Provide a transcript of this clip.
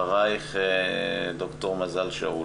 אחרייך ד"ר מזל שאול.